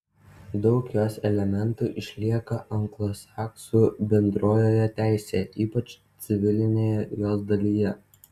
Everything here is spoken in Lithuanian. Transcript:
daug jos elementų išlieka anglosaksų bendrojoje teisėje ypač civilinėje jos dalyje